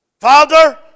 Father